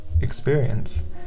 experience